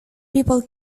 people